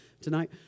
tonight